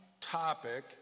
Topic